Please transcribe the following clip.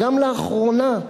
גם לאחרונה.